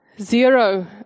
Zero